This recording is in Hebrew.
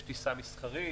יש טיסה מסחרית,